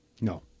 No